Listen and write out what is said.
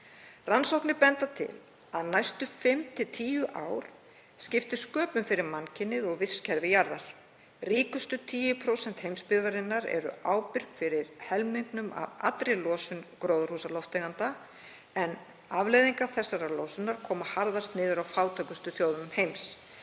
Rannsóknir benda til þess að næstu fimm til tíu ár skipti sköpum fyrir mannkynið og vistkerfi jarðar. Ríkustu 10% heimsbyggðarinnar eru ábyrg fyrir helmingnum af allri losun gróðurhúsalofttegunda en afleiðingar þessarar losunar koma harðast niður á fátækustu þjóðum heims.